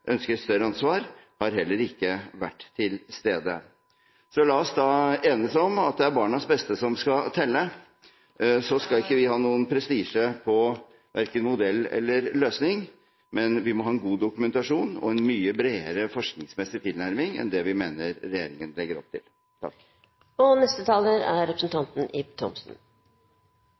større ansvar, har heller ikke vært til stede. Så la oss da enes om at det er barnas beste som skal telle. Vi skal ikke ha noen prestisje når det gjelder verken modell eller løsning, men vi må ha en god dokumentasjon og en mye bredere forskningsmessig tilnærming enn det vi mener regjeringen legger opp til. Det ble sagt fra talerstolen her at det er